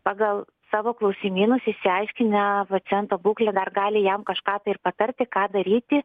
pagal savo klausimynus išsiaiškinę paciento būklę dar gali jam kažką patarti ką daryti